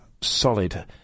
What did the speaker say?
solid